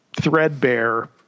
threadbare